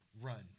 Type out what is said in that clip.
run